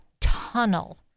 tunnel